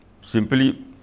simply